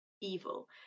evil